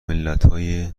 ملتهای